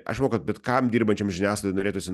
aš manau kad bet kam dirbančiam žiniasklaidai norėtųsi